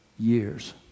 years